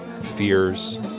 fears